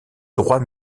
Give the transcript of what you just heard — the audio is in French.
droit